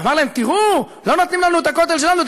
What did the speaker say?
אמר להם: תראו, לא נותנים לנו את הכותל שלנו.